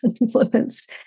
influenced